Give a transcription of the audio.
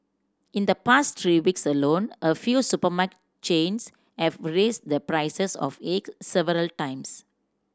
in the past three weeks alone a few supermarket chains have raised the prices of eggs several times